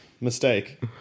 Mistake